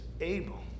able